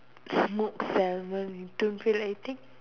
smoked Salmon you don't feel like eating